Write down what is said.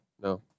No